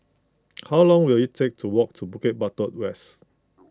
how long will it take to walk to Bukit Batok West